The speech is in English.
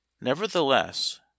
nevertheless